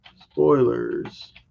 spoilers